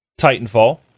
Titanfall